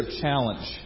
challenge